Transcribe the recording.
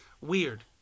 weird